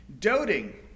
Doting